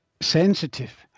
sensitive